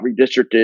redistricted